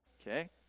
Okay